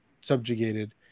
subjugated